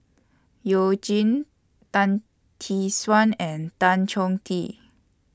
YOU Jin Tan Tee Suan and Tan Chong Tee